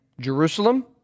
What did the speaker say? Jerusalem